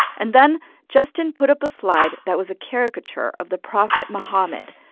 and then justin put up a slide that was a caricature of the prophet muhammad,